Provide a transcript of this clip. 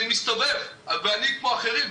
אני מסתובב ואני כמו האחרים,